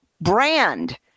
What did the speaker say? brand